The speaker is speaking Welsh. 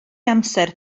amser